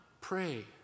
pray